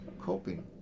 coping